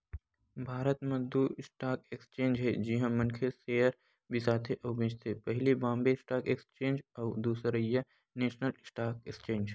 भारत म दू stock exchange हे जिहाँ मनखे सेयर बिसाथे अउ बेंचथे पहिली बॉम्बे स्टॉक एक्सचेंज अउ दूसरइया नेसनल स्टॉक एक्सचेंज